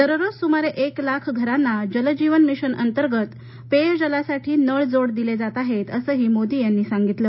दररोज सुमारे एक लाख घरांना जलजीवन मिशन अंतर्गत पेयजलासाठी नळजोड दिले जात आहेत असं मोदी यांनी सांगितलं